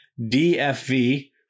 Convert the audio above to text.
DFV